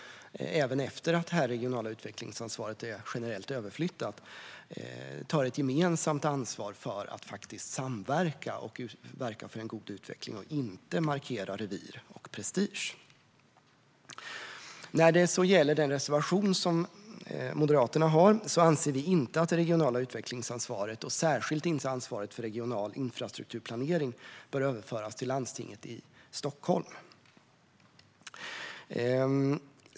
Även efter att det regionala utvecklingsansvaret är generellt överflyttat handlar det om att ta ett gemensamt ansvar för att samverka och verka för en god utveckling och att inte markera revir och prestige. När det gäller den reservation som Moderaterna har anser vi inte att det regionala utvecklingsansvaret, och särskilt inte ansvaret för regional infrastrukturplanering, bör överföras till landstinget i Stockholm.